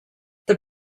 the